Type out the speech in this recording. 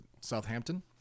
Southampton